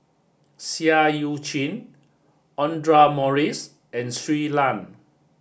Seah Eu Chin Audra Morrice and Shui Lan